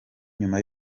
nyuma